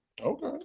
okay